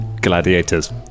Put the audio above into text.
gladiators